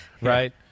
Right